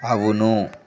అవును